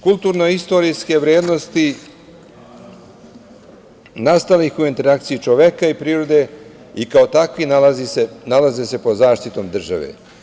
Kulturnoistorijske vrednosti nastale su u interakciji čoveka i prirode i kao takve nalaze se pod zaštitom države.